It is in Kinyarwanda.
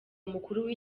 mukuru